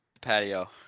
patio